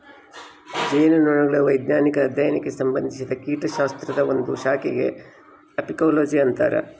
ಜೇನುನೊಣಗಳ ವೈಜ್ಞಾನಿಕ ಅಧ್ಯಯನಕ್ಕೆ ಸಂಭಂದಿಸಿದ ಕೀಟಶಾಸ್ತ್ರದ ಒಂದು ಶಾಖೆಗೆ ಅಫೀಕೋಲಜಿ ಅಂತರ